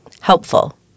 helpful